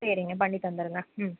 சரிங்க பண்ணி தந்துடுங்க ம்